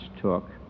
took